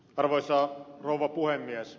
arvoisa rouva puhemies